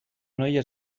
noia